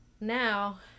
Now